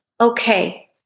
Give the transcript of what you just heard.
okay